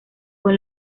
con